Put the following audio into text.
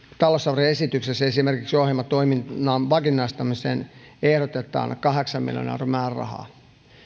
talousarvioesityksessä esimerkiksi ohjaamotoiminnan vakinaistamiseen ehdotetaan kahdeksan miljoonan euron määrärahaa